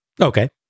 Okay